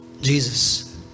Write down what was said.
Jesus